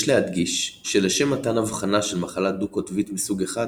יש להדגיש שלשם מתן אבחנה של מחלה דו-קוטבית מסוג I